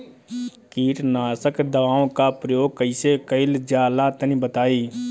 कीटनाशक दवाओं का प्रयोग कईसे कइल जा ला तनि बताई?